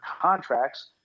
contracts